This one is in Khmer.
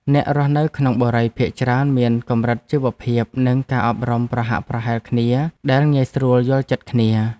អ្នករស់នៅក្នុងបុរីភាគច្រើនមានកម្រិតជីវភាពនិងការអប់រំប្រហាក់ប្រហែលគ្នាដែលងាយស្រួលយល់ចិត្តគ្នា។